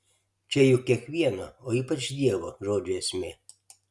čia juk kiekvieno o ypač dievo žodžio esmė